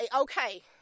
okay